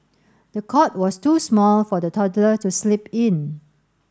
the cot was too small for the toddler to sleep in